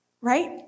right